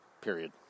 Period